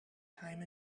time